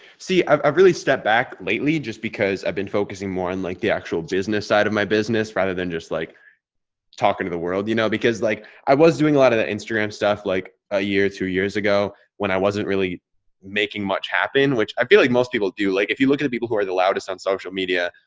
see, i've i've really stepped back lately, just because i've been focusing more on and like the actual business side of my business rather than just like talking to the world, you know, because like, i was doing a lot of the instagram stuff like a year two years ago, when i wasn't really making much happen, which i feel like most people do. like if you look at the people who are the loudest on social media,